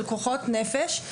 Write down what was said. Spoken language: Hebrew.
של כוחות נפש.